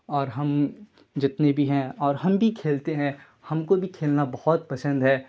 اور ہم جتنے بھی ہیں اور ہم بھی کھیلتے ہیں ہم کو بھی کھیلنا بہت پسند ہے